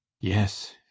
yes